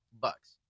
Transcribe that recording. Bucks